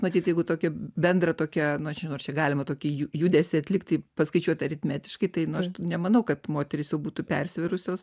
matyt jeigu tokią bendrą tokią nežinau ar čia galima tokį ju judesį atlikti paskaičiuoti aritmetiškai tai nu aš nemanau kad moterys jau būtų persvėrusios